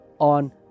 on